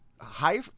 high